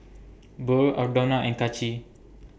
Burr Aldona and Kaci